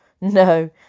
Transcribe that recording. No